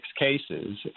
cases